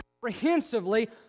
comprehensively